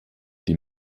die